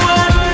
one